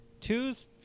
two's